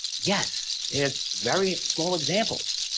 yes, there's very small examples